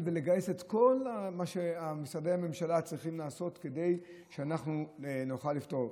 ולגייס את כל מה שמשרדי הממשלה צריכים לעשות כדי שאנחנו נוכל לפתור.